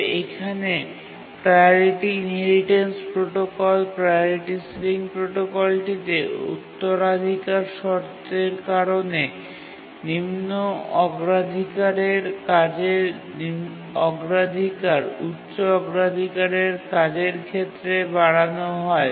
তবে এখানে priority inheritance protocol priority ceiling প্রোটোকলটিতে উত্তরাধিকার শর্তের কারণে নিম্ন অগ্রাধিকারের কাজের অগ্রাধিকার উচ্চ অগ্রাধিকারের কাজের ক্ষেত্রে বাড়ানো হয়